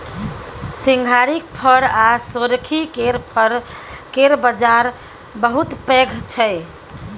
सिंघारिक फर आ सोरखी केर फर केर बजार बहुत पैघ छै